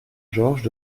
georges